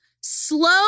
Slow